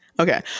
Okay